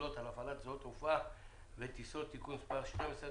שעה)(הגבלות על הפעלת שדות תעופה וטיסות)(תיקון מס' 12),